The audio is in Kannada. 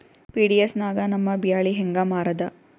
ಪಿ.ಡಿ.ಎಸ್ ನಾಗ ನಮ್ಮ ಬ್ಯಾಳಿ ಹೆಂಗ ಮಾರದ?